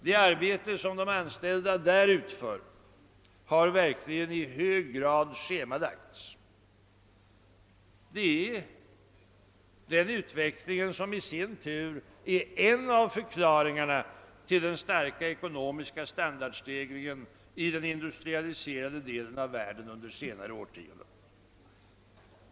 Det arbete som de anställda där utför har verkligen i hög grad schemalagts. Det är den utvecklingen som i sin tur är en förklaring till den starka ekonomiska standardstegringen i den industrialiserade delen av världen under senare årtionden.